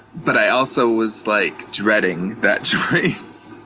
but i also was like dreading that choice.